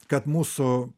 kad mūsų